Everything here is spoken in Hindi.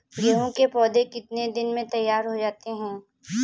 गेहूँ के पौधे कितने दिन में तैयार हो जाते हैं?